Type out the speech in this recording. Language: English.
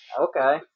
Okay